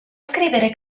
scrivere